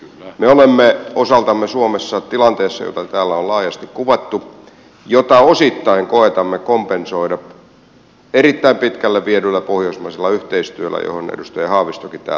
me olemme osaltamme suomessa tilanteessa jota täällä on laajasti kuvattu jota osittain koetamme kompensoida erittäin pitkälle viedyllä pohjoismaisella yhteistyöllä johon edustaja haavistokin täällä viittasi